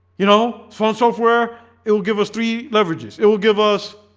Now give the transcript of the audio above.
you know phone software it will give us three leverages it will give us